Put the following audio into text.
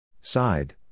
Side